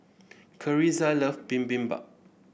Carisa love Bibimbap